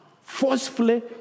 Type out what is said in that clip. forcefully